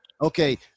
okay